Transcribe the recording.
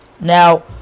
Now